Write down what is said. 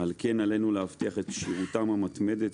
על כן עלינו להבטיח את כשירותם המתמדת,